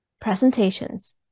presentations